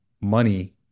money